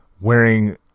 wearing